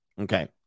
Okay